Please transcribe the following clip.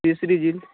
تیسری جلد